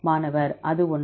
மாணவர் அது ஒன்று